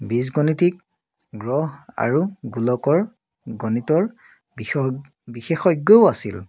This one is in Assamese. বীজগণিতিক গ্ৰহ আৰু গোলকৰ গণিতৰ বিশ বিশেষজ্ঞও আছিল